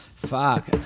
Fuck